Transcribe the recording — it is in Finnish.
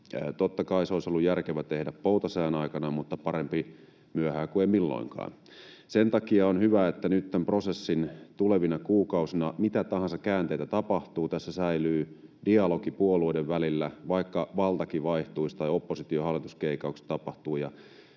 Totta kai se olisi ollut järkevä tehdä poutasään aikana, mutta parempi myöhään kuin ei milloinkaan. Sen takia on hyvä, että nyt tämän prosessin tulevina kuukausina, mitä tahansa käänteitä tapahtuu, tässä säilyy dialogi puolueiden välillä, vaikka valtakin vaihtuisi tai oppositio—hallitus-keikaus tapahtuu.